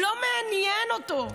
זה לא מעניין אותו,